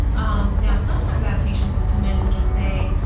um now, sometimes i have patients who come in who'll just say,